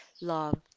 love